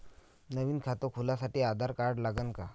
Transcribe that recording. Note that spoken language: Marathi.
नवीन खात खोलासाठी आधार कार्ड लागन का?